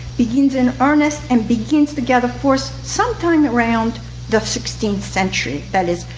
begins in earnest and begins to gather force sometime around the sixteenth century. that is,